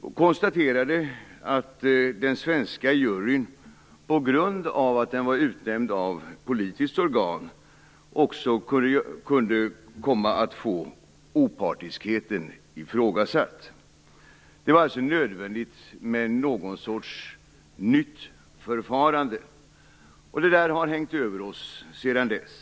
Man konstaterade att den svenska juryn, på grund av att den var utnämnd av ett politiskt organ, också kunde komma att få opartiskheten ifrågasatt. Det var alltså nödvändigt med ett nytt förfarande. Detta har hängt över oss sedan dess.